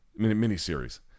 miniseries